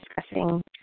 discussing